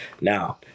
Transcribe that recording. Now